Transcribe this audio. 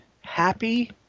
happy